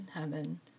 Heaven